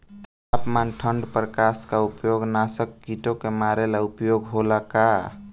तापमान ठण्ड प्रकास का उपयोग नाशक कीटो के मारे ला उपयोग होला का?